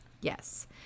Yes